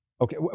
Okay